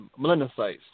melanocytes